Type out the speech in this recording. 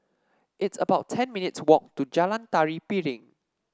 it's about ten minutes' walk to Jalan Tari Piring